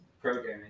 programming